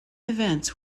events